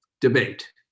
debate